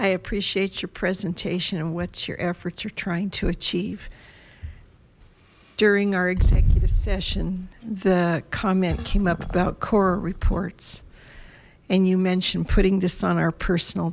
i appreciate your presentation and what your efforts are trying to achieve during our executive session the comment came up about korah reports and you mentioned putting this on our personal